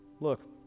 Look